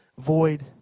void